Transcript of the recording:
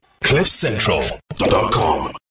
Cliffcentral.com